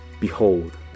Behold